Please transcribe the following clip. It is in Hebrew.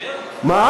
מה הם רצו, שהוא ישקר?